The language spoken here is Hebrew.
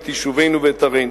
את יישובינו ואת ערינו.